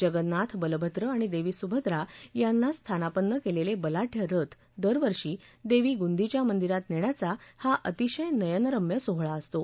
जगन्नाथ बलभद्र आणि देवी सुभद्रा यांना स्थानापन्न केलेले बलाढय रथ दरवर्षी देवी गुंदिचा मंदिरात नेण्याचा हा अतिशय नयनरम्य सोहळा असतो